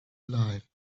alive